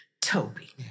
Toby